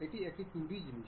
এটি একটি 2D জিনিস